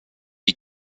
die